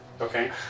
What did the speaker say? Okay